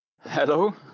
Hello